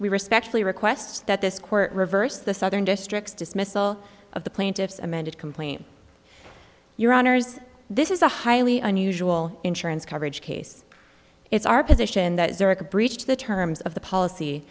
we respectfully request that this court reversed the southern district dismissal of the plaintiff's amended complaint your honour's this is a highly unusual insurance coverage case it's our position that zurich breached the terms of the policy